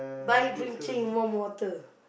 buy drinking warm water